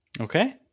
Okay